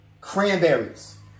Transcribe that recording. cranberries